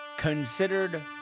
Considered